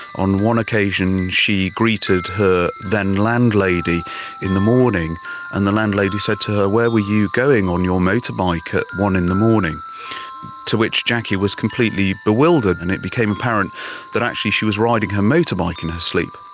on one occasion she greeted her then landlady in the morning and the landlady said to her, where were you going on your motorbike at one in the morning to which jackie was completely bewildered and it became apparent that actually she was riding her motorbike in her sleep.